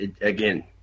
Again